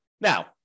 Now